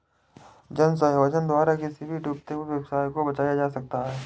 जन सहयोग द्वारा किसी भी डूबते हुए व्यवसाय को बचाया जा सकता है